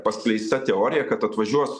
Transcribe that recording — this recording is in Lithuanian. paskleista teorija kad atvažiuos